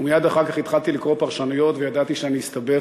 ומייד אחר כך התחלתי לקרוא פרשנויות וידעתי שאני אסתבך,